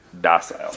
docile